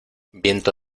viento